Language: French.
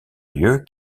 lieu